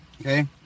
okay